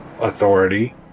authority